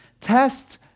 Test